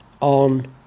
on